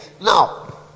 Now